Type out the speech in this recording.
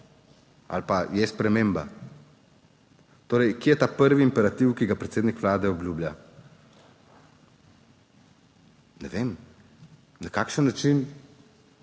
ali pa je sprememba. Torej, kje je ta prvi imperativ, ki ga predsednik Vlade obljublja? Ne vem, na kakšen način